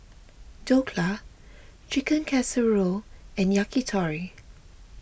Dhokla Chicken Casserole and Yakitori